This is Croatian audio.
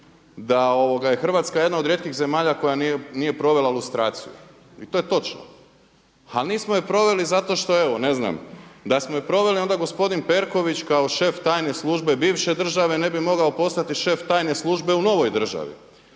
da je Hrvatska jedna od rijetkih zemalja koja nije provela lustraciju. I to je točno. Ali nismo je proveli zato što evo, ne znam, da smo je proveli onda gospodin Perković kao šef tajne službe bivše države ne bi mogao postati šef tajne službe u novoj državi.